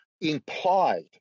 implied